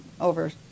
over